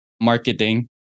marketing